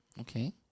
Okay